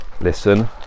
listen